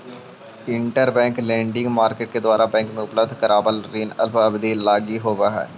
interbank lending market के द्वारा bank के उपलब्ध करावल ऋण अल्प अवधि लगी होवऽ हइ